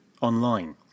online